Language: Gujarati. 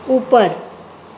ઉપર